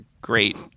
great